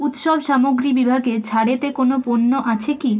উৎসব সামগ্রী বিভাগে ছাড়েতে কোনো পণ্য আছে কি